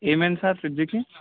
ఏమైంది సార్ ఫ్రిడ్జుకి